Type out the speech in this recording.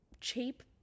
cheap